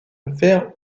vers